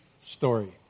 story